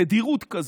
ובתדירות כזו,